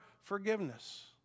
forgiveness